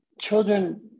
children